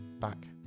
back